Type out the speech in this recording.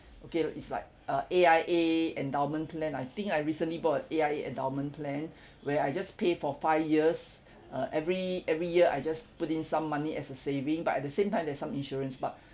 okay it's like uh A_I_A endowment plan I think I recently bought a A_I_A endowment plan where I just pay for five years uh every every year I just put in some money as a saving but at the same time there's some insurance but